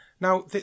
Now